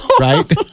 right